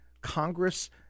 Congress